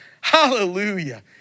Hallelujah